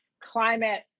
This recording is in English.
climate